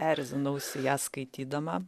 erzinausi ją skaitydama